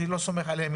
אני לא סומך עליהם,